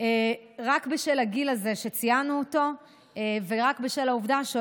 רק בשל הגיל הזה שציינו אותו ורק בשל העובדה שהוא